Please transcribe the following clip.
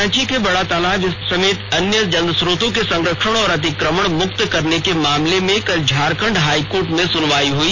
रांची के बड़ा तालाब समेत अन्य जलस्रोतों के संरक्षण और अतिक्रमण मुक्त करने के मामले में कल झारखंड हाइकोर्ट में सुनवाई हई